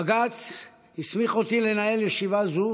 בג"ץ הסמיך אותי לנהל ישיבה זו